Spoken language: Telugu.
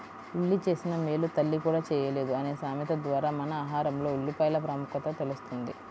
ఉల్లి చేసిన మేలు తల్లి కూడా చేయలేదు అనే సామెత ద్వారా మన ఆహారంలో ఉల్లిపాయల ప్రాముఖ్యత తెలుస్తుంది